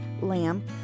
lamb